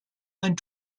ein